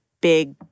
big